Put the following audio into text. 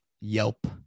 Yelp